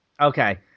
Okay